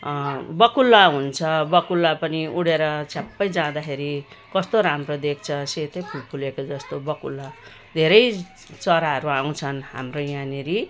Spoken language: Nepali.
बकुला हुन्छ बकुला पनि उडेर छ्याप्पै जाँदाखेरि कस्तो राम्रो देखिन्छ सेतै फुल फुलेको जस्तो बकुला धेरै चराहरू आउँछन् हाम्रो यहाँनिर